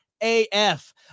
AF